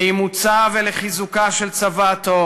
לאימוצה ולחיזוקה של צוואתו